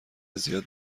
زیاد